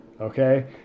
Okay